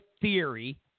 theory